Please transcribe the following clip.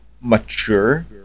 mature